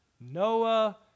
Noah